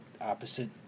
opposite